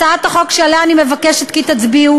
הצעת החוק שעליה אני מבקשת שתצביעו